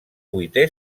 vuitè